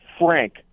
frank